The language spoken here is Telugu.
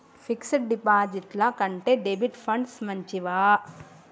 ఫిక్స్ డ్ డిపాజిట్ల కంటే డెబిట్ ఫండ్స్ మంచివా?